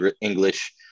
English